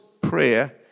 Prayer